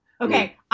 Okay